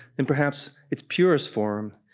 in perhaps its purest form,